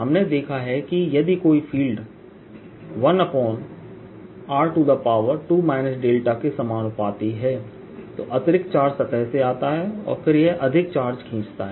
हमने देखा है कि यदि कोई फ़ील्ड 1r2 δ के समानुपाती है तो अतिरिक्त चार्ज सतह से आता है और फिर यह अधिक चार्ज खींचता है